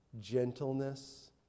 gentleness